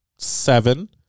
seven